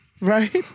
Right